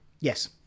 yes